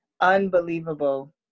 unbelievable